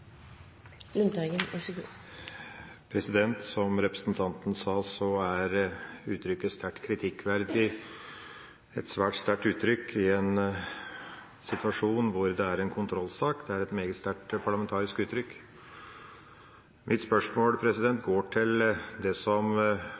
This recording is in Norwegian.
uttrykket «sterkt kritikkverdig» et svært sterkt uttrykk i en situasjon hvor det er en kontrollsak. Det er et meget sterkt parlamentarisk uttrykk. Mitt spørsmål går på det som